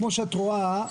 כמו שאת רואה,